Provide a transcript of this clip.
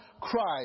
Christ